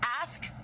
ask